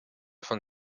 von